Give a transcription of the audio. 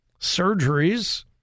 surgeries